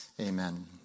Amen